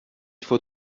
faut